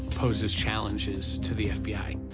poses challenges to the fbi,